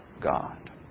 God